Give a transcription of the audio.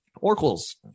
Oracle's